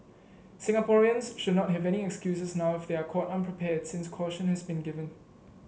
Singaporeans should not have any excuses now if they are caught unprepared since caution has been given